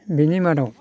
बेनि मादाव